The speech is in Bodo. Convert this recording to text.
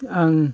आं